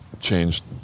changed